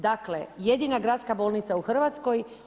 Dakle, jedina gradska bolnica u Hrvatskoj.